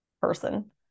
person